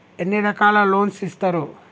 ఎన్ని రకాల లోన్స్ ఇస్తరు?